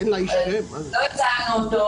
לא הצגנו אותו.